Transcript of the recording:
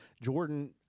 Jordan